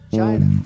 China